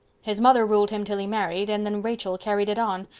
his mother ruled him till he married and then rachel carried it on.